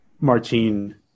Martine